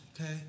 okay